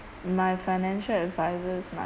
my financial advisors might